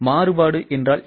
மாறுபாடு என்றால் என்ன